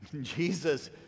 Jesus